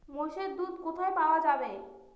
মোষের দুধ কোথায় পাওয়া যাবে?